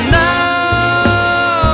now